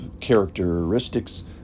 characteristics